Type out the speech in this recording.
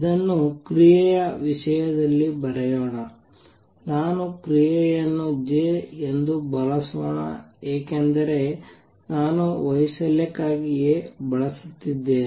ಇದನ್ನು ಕ್ರಿಯೆಯ ವಿಷಯದಲ್ಲಿ ಬರೆಯೋಣ ನಾನು ಕ್ರಿಯೆಯನ್ನು J ಎಂದು ಬಳಸೋಣ ಏಕೆಂದರೆ ನಾನು ವೈಶಾಲ್ಯಕ್ಕಾಗಿ A ಬಳಸುತ್ತಿದ್ದೇನೆ